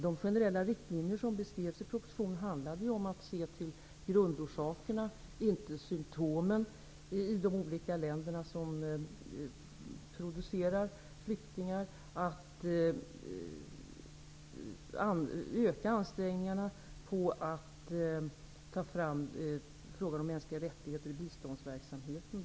De generella riktlinjer som beskrevs i propositionen handlar om att se till grundorsakerna, inte symtomen, i de olika länder som producerar flyktingar och att öka ansträngningarna på att ta fram frågan om mänskliga rättigheter i biståndsverksamheten.